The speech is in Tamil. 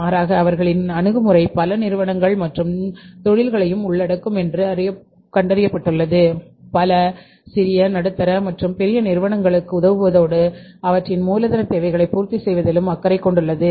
மாறாக அவர்களின் அணுகுமுறை பல நிறுவனங்கள் மற்றும் தொழில்களையும் உள்ளடக்கும் என்று கண்டறியப்பட்டுள்ளது பல சிறிய நடுத்தர மற்றும் பெரிய நிறுவனங்களுக்கு உதவுவதோடு அவற்றின் மூலதனத் தேவைகளைப் பூர்த்தி செய்வதிலும் அக்கறை கொண்டுள்ளது